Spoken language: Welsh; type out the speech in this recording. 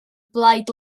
blaid